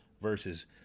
versus